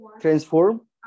transform